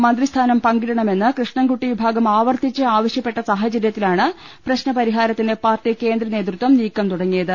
മന്ത്രിസ്ഥാനം പങ്കിടണമെന്ന് കൃഷ്ണൻകുട്ടി വിഭാഗം ആവർത്തിച്ച് ആവശ്യപ്പെട്ട സാഹചര്യ ത്തിലാണ് പ്രശ്ന പരിഹാരത്തിന് പാർട്ടി കേന്ദ്രനേതൃത്വം നീക്കം തുടങ്ങിയത്